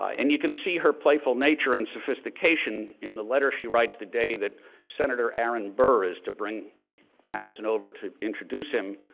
ah and you can see her playful nature and sophistication in the letter she writes the day that senator aaron burr is to bring madison over to introduce him,